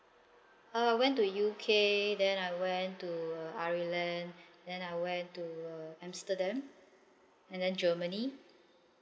uh I went to U_K then I went to ireland then I went to amsterdam and then germany